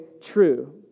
true